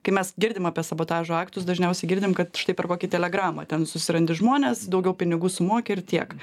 kai mes girdim apie sabotažo aktus dažniausiai girdim kad štai per kokį telegramą ten susirandi žmones daugiau pinigų sumoki ir tiek